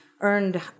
earned